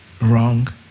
wrong